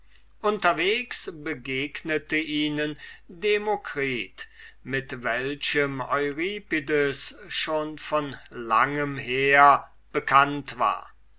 unterwegens begegnete ihnen demokritus mit welchem euripides schon von langem her bekannt war